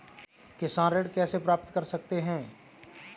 किसान ऋण कैसे प्राप्त कर सकते हैं?